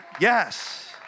yes